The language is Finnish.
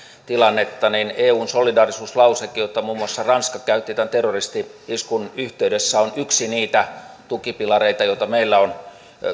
tilannetta eun solidaarisuuslauseke jota muun muassa ranska käytti tämän terroristi iskun yhteydessä on yksi niitä tukipilareita joita meillä on